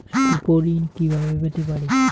স্বল্প ঋণ কিভাবে পেতে পারি?